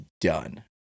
done